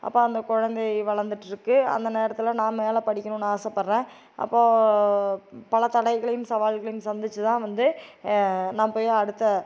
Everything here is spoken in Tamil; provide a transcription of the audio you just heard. அப்போ அந்த குலந்தை வளர்ந்துட்ருக்கு அந்த நேரத்தில் நான் மேலே படிக்கணுன்னு ஆசைப்படுறேன் அப்போ பல தடைகளையும் சவால்களையும் சந்திச்சு தான் வந்து நான் போய் அடுத்த